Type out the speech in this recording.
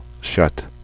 shut